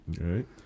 right